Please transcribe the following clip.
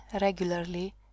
regularly